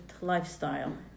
lifestyle